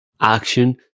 Action